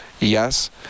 Yes